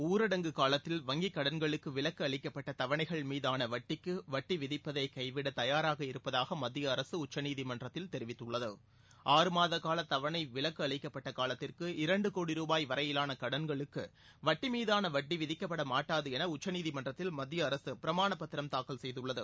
ஊரடங்கு காலத்தில் வங்கிக் கடன்களுக்கு விலக்கு அளிக்கப்பட்ட தவணைகள் மீதான வட்டிக்கு வட்டி விதிப்பதை கைவிட தயாராக இருப்பதாக மத்திய அரசு உச்சநீதிமன்றத்தில் தெரிவித்துள்ளது ஆறுமாத கால தவணை விலக்கு அளிக்கப்பட்ட காலத்திற்கு இரண்டு கோடி ருபாய் வரையிலான கடன்களுக்கு வட்டி மீதான வட்டி விதிக்கப்பட மாட்டாது என உச்சநீதிமன்றத்தில் மத்திய அரசு பிரமாண பத்திரம் தாக்கல் செய்துள்ளது